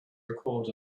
record